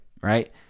right